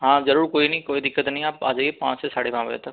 आप जरूर कोई नहीं कोई दिक्कत नहीं है आप आ जाइए पाँच से साढ़े पाँच बजे तक